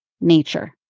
nature